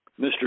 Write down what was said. Mr